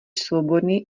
svobodný